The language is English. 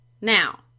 Now